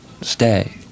stay